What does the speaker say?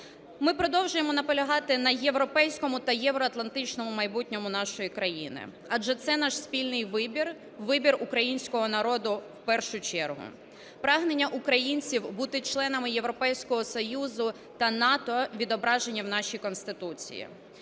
Ми продовжуємо наполягати на європейському та євроатлантичному майбутньому нашої країни, адже це наш спільний вибір, вибір українського народу в першу чергу. Прагнення українців бути членами Європейського Союзу та НАТО відображені в нашій Конституції.